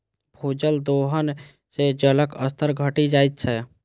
भूजल दोहन सं जलक स्तर घटि जाइत छै